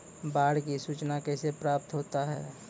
बाढ की सुचना कैसे प्राप्त होता हैं?